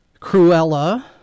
Cruella